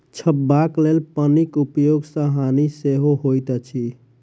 झपबाक लेल पन्नीक उपयोग सॅ हानि सेहो होइत अछि